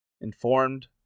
informed